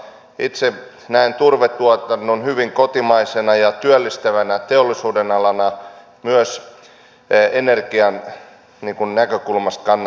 itse näen turvetuotannon hyvin kotimaisena ja työllistävänä teollisuudenalana myös energianäkökulmasta kannattavana